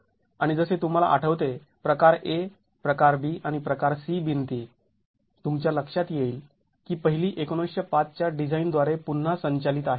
आणि जसे तुम्हाला आठवते प्रकार A प्रकार B आणि प्रकार C भिंती तुमच्या लक्षात येईल की पहिली १९०५ च्या डिझाइन द्वारे पुन्हा संचालित आहे